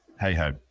hey-ho